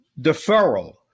deferral